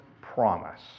promise